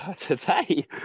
today